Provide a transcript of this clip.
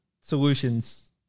solutions